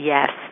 Yes